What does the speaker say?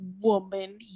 woman